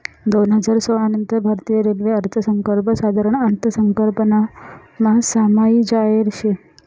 दोन हजार सोळा नंतर भारतीय रेल्वे अर्थसंकल्प साधारण अर्थसंकल्पमा समायी जायेल शे